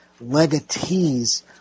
legatees